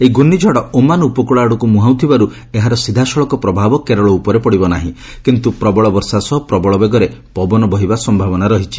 ଏହି ଘୁର୍ଷ୍ଣିଝଡ଼ ଓମାନ୍ ଉପକୂଳ ଆଡ଼କୁ ମୁହାଁଉଥିବାରୁ ଏହାର ସିଧାସଳଖ ପ୍ରଭାବ କେରଳ ଉପରେ ପଡ଼ିବ ନାହିଁ କିନ୍ତୁ ପ୍ରବଳ ବର୍ଷା ସହ ପ୍ରବଳ ବେଗରେ ପବନ ବହିବା ସମ୍ଭାବନା ରହିଛି